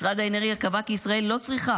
משרד האנרגיה קבע כי ישראל לא צריכה